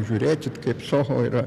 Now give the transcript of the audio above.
žiūrėkit kaip soho yra